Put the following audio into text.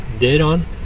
dead-on